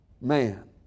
man